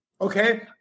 Okay